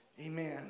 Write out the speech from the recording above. Amen